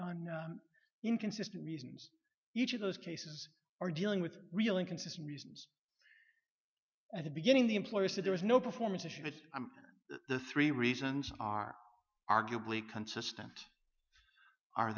and inconsistent reasons each of those cases are dealing with real inconsistent reasons at the beginning the employer said there was no performance issue that the three reasons are arguably consistent are